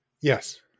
yes